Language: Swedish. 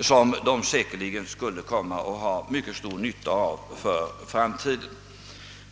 som de säkerligen kommer att ha mycket stor nytta av för framtiden.